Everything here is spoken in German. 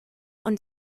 und